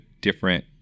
different